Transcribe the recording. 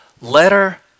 letter